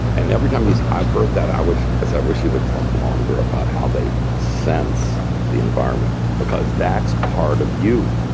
and every time you say, i've heard that, i say i wish you would talk longer about how they sense the environment, because that's part of you.